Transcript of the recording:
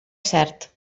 cert